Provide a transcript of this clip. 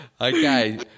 Okay